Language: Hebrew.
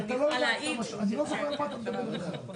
נעבור לקריאת החוק.